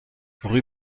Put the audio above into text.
rue